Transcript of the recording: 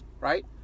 right